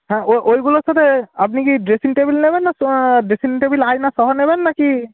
হ্যাঁ ওইগুলোর সাতে আপনি কি ড্রেসিং টেবিল নেবেন না ডেসিং টেবিল আয়নাসহ নেবেন নাকি